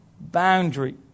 boundary